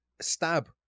stab